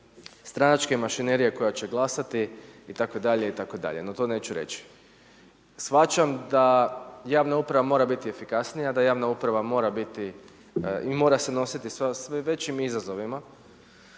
stranačke mašinerija koja će glasati, itd., itd. no to neću reći. Shvaćam da javna uprava mora biti efikasnija, da javna uprava mora biti i mora se nositi sa sve većim izazovima